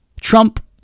Trump